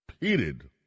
repeated